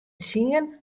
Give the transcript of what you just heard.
tsien